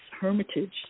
hermitage